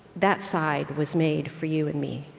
that side was made for you and me.